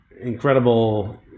Incredible